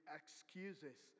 excuses